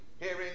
hearing